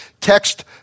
text